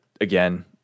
again